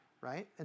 Right